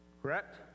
Correct